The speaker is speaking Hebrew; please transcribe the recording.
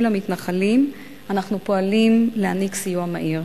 למתנחלים אנחנו פועלים להעניק סיוע מהיר.